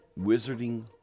Wizarding